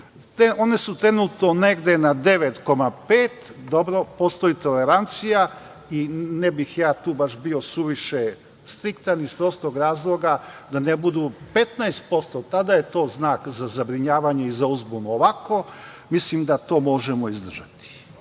One su trenutno na negde 9,5, dobro postoji tolerancija i ne bih ja tu baš bio suviše striktan, iz prostog razloga da ne budu 15%, tada je to znak za zabrinjavanje i za uzbunu. Ovako, mislim da to možemo izdržati. Kao